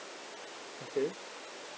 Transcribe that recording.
okay